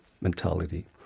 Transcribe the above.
mentality